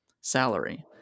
salary